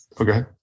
Okay